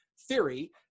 theory